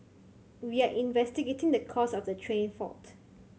we are investigating the cause of the train fault